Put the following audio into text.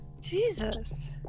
Jesus